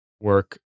work